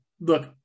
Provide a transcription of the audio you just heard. look –